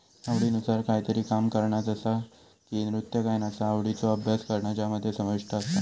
आवडीनुसार कायतरी काम करणा जसा की नृत्य गायनाचा आवडीचो अभ्यास करणा ज्यामध्ये समाविष्ट आसा